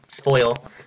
spoil